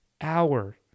hour